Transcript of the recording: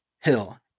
Hill